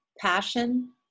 Passion